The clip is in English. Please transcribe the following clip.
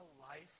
life